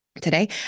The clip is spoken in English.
today